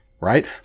right